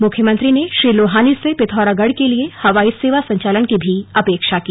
मुख्यमंत्री ने श्री लोहानी से पिथौरागढ़ के लिए हवाई सेवा संचालन की भी अपेक्षा की